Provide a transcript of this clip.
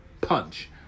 punch